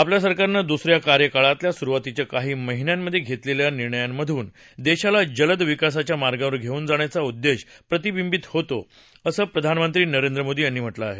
आपल्या सरकारनं दूस या कार्यकाळातल्या सुरुवातीच्या काही महिन्यांमधे घेतलेल्या निर्णयांमधून देशाला जलद विकासाच्या मार्गावर घेऊन जाण्याचा उद्देश प्रतिबिंबित होतो असं प्रधानमंत्री नरेंद्र मोदी यांनी म्हटलं आहे